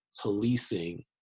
policing